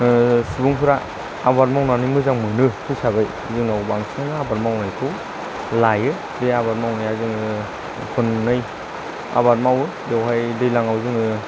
सुबुंफोरा आदाब मावनानै मोजां मोनो हिसाबै जोंनाव बांसिन आबाद मावनायखौ लायो बे आबाद मावनाया जोङो खननै आबाद मावो बेवहाय दैज्लाङाव जोङो